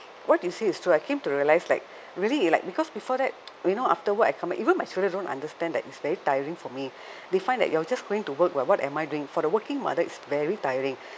what you say is true I came to realize like really like because before that you know after work I come back even my children don't understand that it's very tiring for me they find that you're just going to work [what] what am I doing for the working mother it's very tiring